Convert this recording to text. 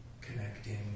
connecting